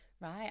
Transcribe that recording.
right